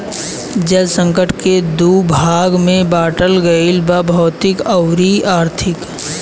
जल संकट के दू भाग में बाटल गईल बा भौतिक अउरी आर्थिक